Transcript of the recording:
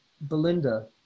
belinda